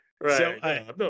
Right